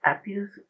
appears